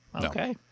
Okay